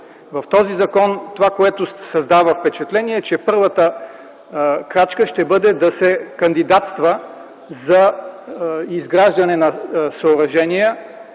в този закон няма. Това, което създава впечатление в този закон, е, че първата крачка ще бъде да се кандидатства за изграждане на съоръжения,